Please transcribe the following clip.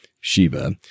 Sheba